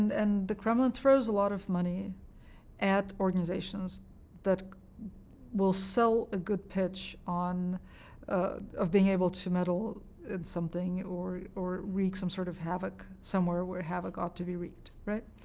and and the kremlin throws a lot of money at organizations that will sell a good pitch of being able to meddle in something or or wreak some sort of havoc somewhere, where havoc ought to be wreaked, right?